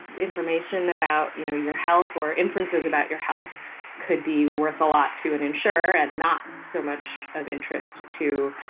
information about you know your health or inferences about your health could be worth a lot to an insurer and not so much of interest to,